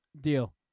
Deal